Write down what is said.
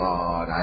God